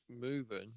moving